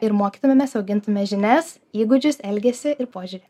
ir mokytumėmės augintume žinias įgūdžius elgesį ir požiūrį